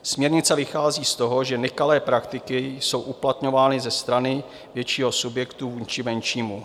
Směrnice vychází z toho, že nekalé praktiky jsou uplatňovány ze strany většího subjektu vůči menšímu.